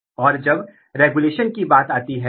क्या वे अलग अलग रास्तों में काम कर रहे हैं